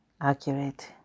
accurate